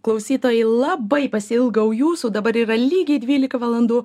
klausytojai labai pasiilgau jūsų dabar yra lygiai dvylika valandų